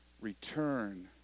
return